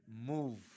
move